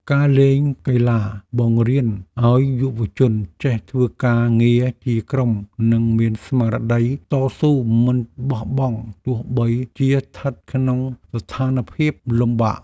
ការលេងកីឡាបង្រៀនឱ្យយុវជនចេះធ្វើការងារជាក្រុមនិងមានស្មារតីតស៊ូមិនបោះបង់ទោះបីជាស្ថិតក្នុងស្ថានភាពលំបាក។